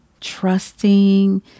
trusting